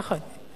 נכון.